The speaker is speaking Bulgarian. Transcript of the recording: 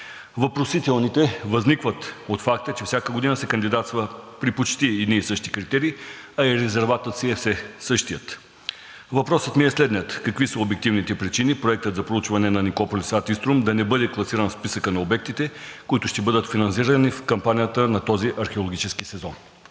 Въпросителните възникват от факта, че всяка година се кандидатства при почти едни и същи критерии, а и резерватът си е все същият. Въпросът ми е следният: какви са обективните причини проектът за проучване на Никополис ад Иструм да не бъде класиран в списъка на обектите, които ще бъдат финансирани в кампанията на този археологически сезон?